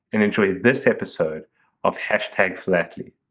and enjoy this episode of hashtag philately.